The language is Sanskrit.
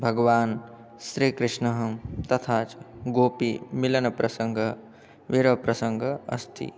भगवान् श्रीकृष्णः तथा च गोपिकामेलनप्रसङ्गः वीरप्रसङ्गः अस्ति